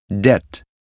debt